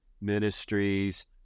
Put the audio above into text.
ministries